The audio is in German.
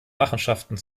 machenschaften